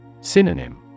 Synonym